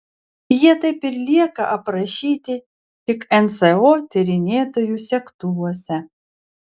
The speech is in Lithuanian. jie taip ir lieka aprašyti tik nso tyrinėtojų segtuvuose